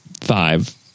five